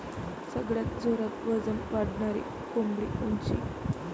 सगळ्यात जोरात वजन वाढणारी कोंबडी कोनची?